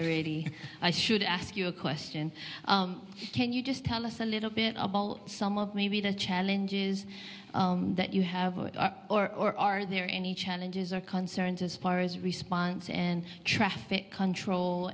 already i should ask you a question can you just tell us a little bit about all some of maybe the challenges that you have or are there any challenges are concerned as far as response and traffic control